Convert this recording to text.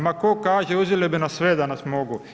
Ma ko kaže, uzeli bi nas sve da nas mogu.